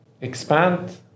Expand